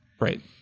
Right